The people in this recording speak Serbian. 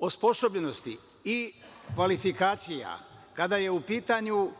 osposobljenosti i kvalifikacija, kada je u pitanju